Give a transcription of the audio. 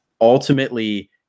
ultimately